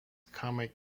comic